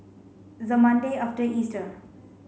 the Monday after Easter